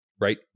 right